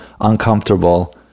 uncomfortable